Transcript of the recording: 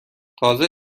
تازه